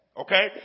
Okay